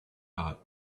hot